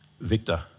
Victor